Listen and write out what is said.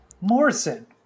Morrison